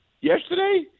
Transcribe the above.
Yesterday